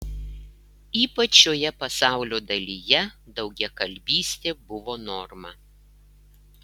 ypač šioje pasaulio dalyje daugiakalbystė buvo norma